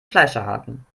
fleischerhaken